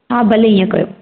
हा भले ईअं कयो